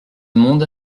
monde